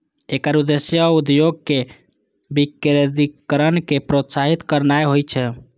एकर उद्देश्य उद्योगक विकेंद्रीकरण कें प्रोत्साहित करनाय होइ छै